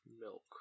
Milk